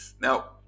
Now